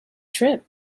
trip